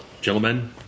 gentlemen